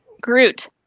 Groot